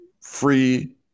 free